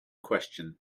question